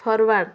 forward